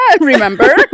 remember